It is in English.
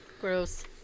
Gross